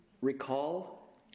Recall